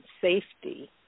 safety